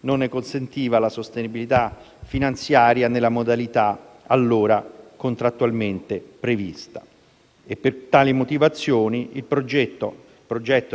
non ne consentiva quindi la sostenibilità finanziaria nella modalità allora contrattualmente prevista. Per tali motivazioni, il progetto